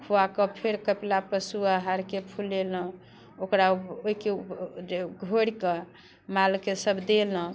खुआके फेर कपिला पशु आहारके फुलेलहुँ ओकरा ओहिके जे घोरिके मालके सब देलहुँ